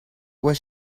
was